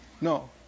No